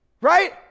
right